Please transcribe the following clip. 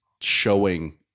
showing